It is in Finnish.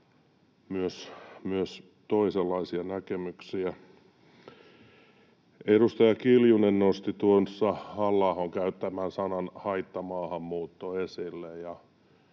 myös toisenlaisia näkemyksiä. Edustaja Kiljunen nosti tuossa esille Halla-ahon käyttämän sanan ”haittamaahanmuutto”.